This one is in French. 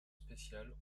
spéciales